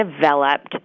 developed